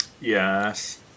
Yes